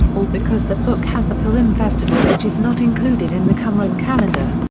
or because the book has the purim festival which is not included in the qumran calendar.